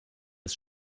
ist